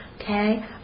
okay